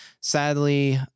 sadly